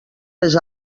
les